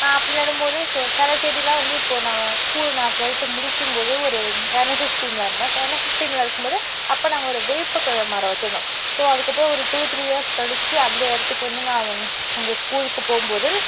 அப்படி நடும்போது ஸோ சில செடியெல்லாம் வந்து இப்போது நான் ஸ்கூல் நான் டுவெல்த்து முடிக்கும்போது ஒரு என்எஸ்எஸ் டீமில் இருந்தேன் ஸோ என்எஸ்எஸ் டீமில் இருக்கும்போது அப்போ நாங்கள் ஒரு வேப்ப க மரம் வச்சுருந்தோம் ஸோ அதுக்கப்புறம் ஒரு டூ த்ரீ இயர்ஸ் கழிச்சி அந்த இடத்துக்கு வந்து நான் அதை அந்த ஸ்கூலுக்கு போகும்போது